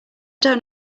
don’t